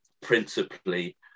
principally